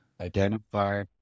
identify